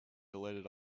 delighted